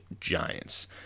Giants